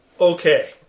Okay